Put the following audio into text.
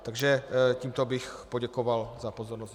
Takže tímto bych poděkoval za pozornost.